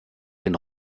den